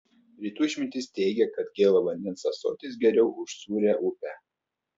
rytų išmintis teigia kad gėlo vandens ąsotis geriau už sūrią upę